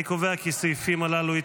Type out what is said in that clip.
אני קובע כי הסעיפים הללו,